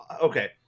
okay